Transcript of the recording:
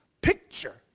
picture